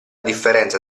differenza